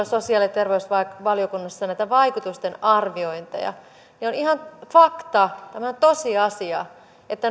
sosiaali ja terveysvaliokunnassa näitä vaikutusten arviointeja niin on ihan fakta tämä on tosiasia että